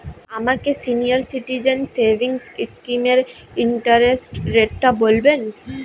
আমাকে senior citizen savings স্কিমের interest রেটটা বলবেন